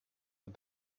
but